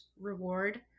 reward